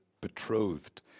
betrothed